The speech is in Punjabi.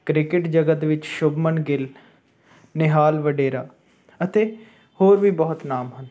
ਕ੍ਰਿਕਟ ਜਗਤ ਵਿੱਚ ਸ਼ੁਭਮਨ ਗਿੱਲ ਨਿਹਾਲ ਵੱਡੇਰਾ ਅਤੇ ਹੋਰ ਵੀ ਬਹੁਤ ਨਾਮ ਹਨ